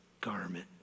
garment